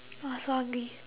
!wah! so hungry